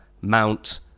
Mount